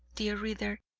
dear reader,